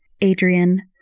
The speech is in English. Adrian